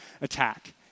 attack